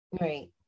Right